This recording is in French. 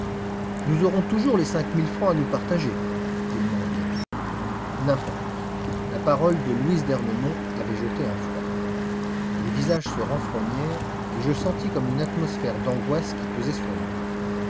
nous aurons toujours les cinq mille francs à nous partager dit le mendiant n'importe la parole de louise d'ernemont avait jeté un froid les visages se renfrognèrent et je sentis comme une atmosphère d'angoisse qui pesait sur nous